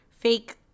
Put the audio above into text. fake